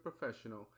professional